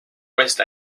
west